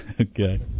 Okay